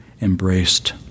embraced